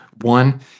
one